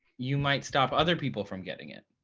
you might stop other people from getting it.